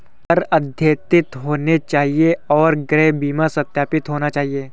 कर अद्यतित होने चाहिए और गृह बीमा सत्यापित होना चाहिए